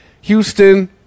Houston